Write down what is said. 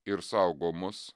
ir saugo mus